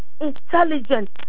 intelligent